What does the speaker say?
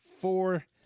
four